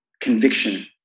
conviction